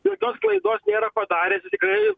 jokios klaidos nėra padaręs jis tikrai